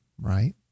Right